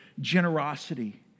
generosity